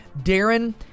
Darren